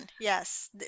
yes